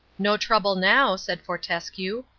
no trouble now, said fortescue.